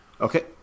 Okay